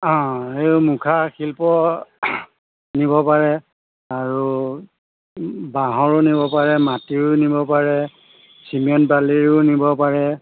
অঁ এই মুখা শিল্প নিব পাৰে আৰু বাঁহৰো নিব পাৰে মাটিও নিব পাৰে চিমেণ্ট বালিৰো নিব পাৰে